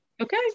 Okay